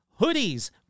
hoodies